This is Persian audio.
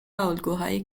الگوهای